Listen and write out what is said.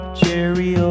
cherry